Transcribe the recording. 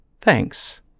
thanks